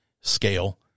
scale